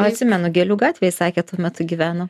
atsimenu gėlių gatvėj sakė tuo metu gyveno